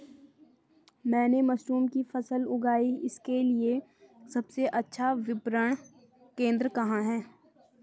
मैंने मशरूम की फसल उगाई इसके लिये सबसे अच्छा विपणन केंद्र कहाँ है?